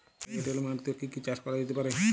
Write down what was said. ভারী এঁটেল মাটিতে কি কি চাষ করা যেতে পারে?